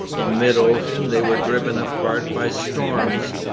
in mid-ocean they were driven apart by storms.